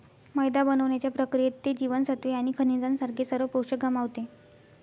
मैदा बनवण्याच्या प्रक्रियेत, ते जीवनसत्त्वे आणि खनिजांसारखे सर्व पोषक गमावते